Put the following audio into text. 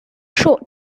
short